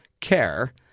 care